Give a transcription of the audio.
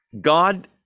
God